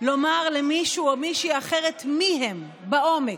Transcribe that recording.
לומר למישהו או למישהי אחרת מי הם בעומק.